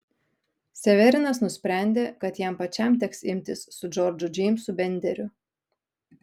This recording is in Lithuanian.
severinas nusprendė kad jam pačiam teks imtis su džordžu džeimsu benderiu